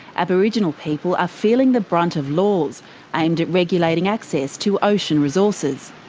aboriginal people are feeling the brunt of laws aimed at regulating access to ocean resources.